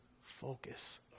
focus